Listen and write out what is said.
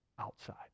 outside